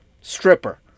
stripper